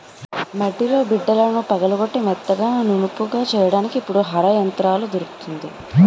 మడిలో బిడ్డలను పగలగొట్టి మెత్తగా నునుపుగా చెయ్యడానికి ఇప్పుడు హరో యంత్రం దొరుకుతుంది